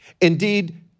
indeed